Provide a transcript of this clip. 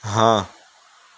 ہاں